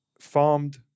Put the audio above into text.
farmed